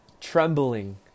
Trembling